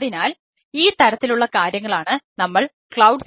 അതിനാൽ ഈ തരത്തിലുള്ള കാര്യങ്ങളാണ് നമ്മൾ ക്ലൌഡ്